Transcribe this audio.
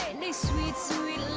sweet sweet